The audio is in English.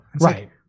Right